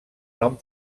nom